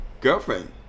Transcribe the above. girlfriend